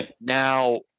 Now